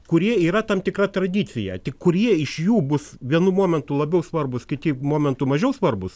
kurie yra tam tikra tradicija tik kurie iš jų bus vienu momentu labiau svarbūs kiti momentu mažiau svarbūs